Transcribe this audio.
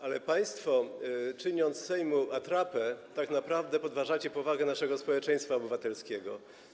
Ale państwo, czyniąc z Sejmu atrapę, tak naprawdę podważacie powagę naszego społeczeństwa obywatelskiego.